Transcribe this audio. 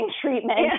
treatment